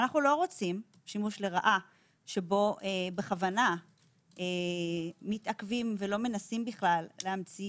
אנו לא רוצים שימוש לרעה שבו בכוונה מתעכבים ולא מנסים בכלל להמציא